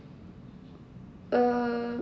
uh